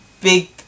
big